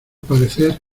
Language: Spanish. parecer